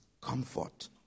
comfort